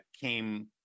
came